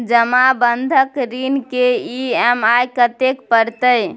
जमा बंधक ऋण के ई.एम.आई कत्ते परतै?